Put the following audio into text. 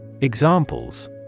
Examples